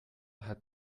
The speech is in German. hat